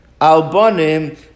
Albonim